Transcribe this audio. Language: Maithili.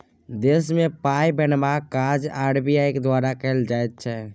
देशमे पाय बनेबाक काज आर.बी.आई द्वारा कएल जाइ छै